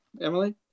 Emily